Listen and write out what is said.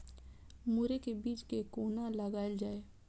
मुरे के बीज कै कोना लगायल जाय?